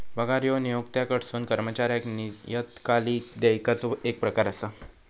पगार ह्यो नियोक्त्याकडसून कर्मचाऱ्याक नियतकालिक देयकाचो येक प्रकार असा